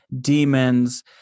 demons